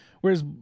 Whereas